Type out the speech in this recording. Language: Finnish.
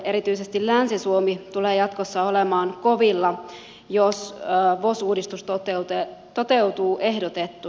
erityisesti länsi suomi tulee jatkossa olemaan kovilla jos vos uudistus toteutuu ehdotettuna